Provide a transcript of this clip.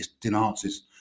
denounces